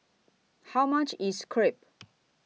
How much IS Crepe